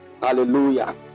Hallelujah